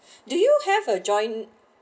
do you have a joint